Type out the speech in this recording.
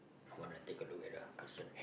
I want to take a look at the question